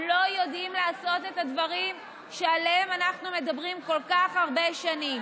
הם לא יודעים לעשות את הדברים שעליהם אנחנו מדברים כל כך הרבה שנים.